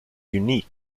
unique